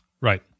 right